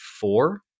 four